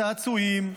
צעצועים,